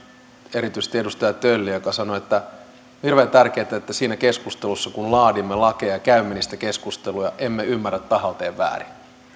erityisesti edustaja tölliä joka sanoi että on hirveän tärkeätä että siinä keskustelussa kun laadimme lakeja ja käymme niistä keskusteluja emme ymmärrä tahallaan vääriin